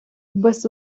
без